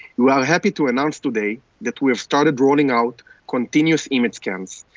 we are happy to announce today that we have started rolling out continuous image scans,